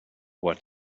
what